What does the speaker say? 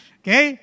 okay